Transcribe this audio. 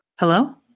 Hello